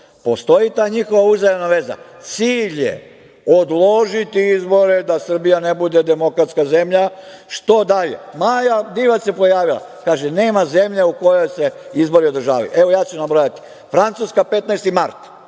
čopora. Postoji ta njihova uzajamna veza, cilj je odložiti izbore da Srbija ne bude demokratska zemlja, što dalje. Maja Divac se pojavila, kaže – nema zemlje u kojoj se izbori održavaju. Evo, ja ću nabrojati, Francuska 15. mart,